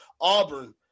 auburn